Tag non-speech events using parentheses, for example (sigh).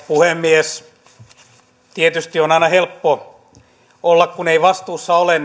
puhemies tietysti on aina helppo olla kun ei vastuussa ole (unintelligible)